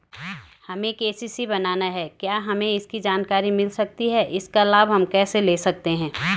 हमें के.सी.सी बनाना है क्या हमें इसकी जानकारी मिल सकती है इसका लाभ हम कैसे ले सकते हैं?